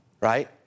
right